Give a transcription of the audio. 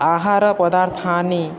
आहारपदार्थानि